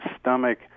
stomach